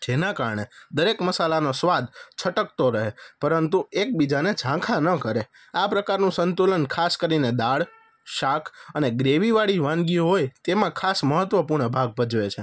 જેના કારણે દરેક મસાલાનો સ્વાદ છટકતો રહે પરંતુ એકબીજાને ઝાંખા ન કરે આ પ્રકારનું સંતુલન ખાસ કરીને દાળ શાક અને ગ્રેવી વાળી વાનગીઓ હોય તેમાં ખાસ મહત્વપૂર્ણ ભાગ ભજવે છે